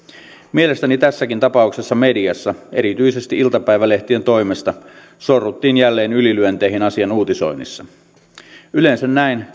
mielestäni tässäkin tapauksessa mediassa erityisesti iltapäivälehtien toimesta sorruttiin jälleen ylilyönteihin asian uutisoinnissa yleensä näin